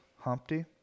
Humpty